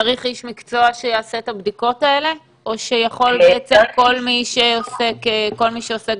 צריך איש מקצוע שיעשה את הבדיקות האלה או שיכול כל מי שעוסק בתחום?